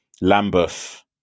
Lambeth